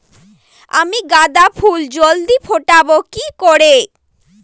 আমি গাঁদা ফুল জলদি ফোটাবো কি করে?